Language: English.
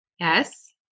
Yes